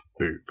Boop